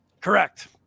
Correct